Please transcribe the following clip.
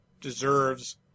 deserves